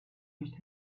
nicht